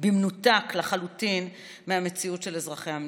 במנותק לחלוטין מהמציאות של אזרחי המדינה.